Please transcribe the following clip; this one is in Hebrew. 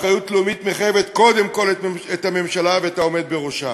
אחריות לאומית מחייבת קודם כול את הממשלה ואת העומד בראשה.